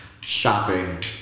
Shopping